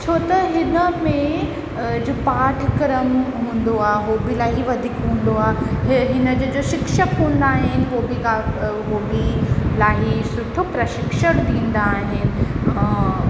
छो त हिन में जो पाठ्यक्रम हूंदो आहे हू बि इलाही वधीक हूंदो आहे हे हिन जे जो शिक्षक हूंदा आहिनि हू बि हू बि इलाही सुठो प्रशिक्षण ॾींदा आहिनि